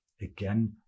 Again